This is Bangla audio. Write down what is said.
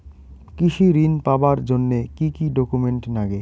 কৃষি ঋণ পাবার জন্যে কি কি ডকুমেন্ট নাগে?